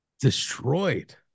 Destroyed